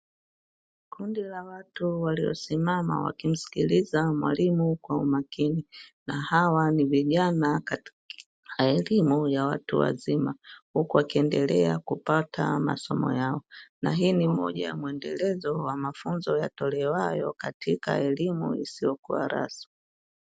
Kundi la watu waliosimama wakimsikiliza mwalimu kwa umakini, na hawa ni vijana katika elimu ya watu wazima. Huku wakiendelea kupata masomo yao, na hii ni moja ya mwendelezo wa mafunzo yatolewayo katika elimu isiyokuwa rasmi.